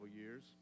years